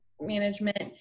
management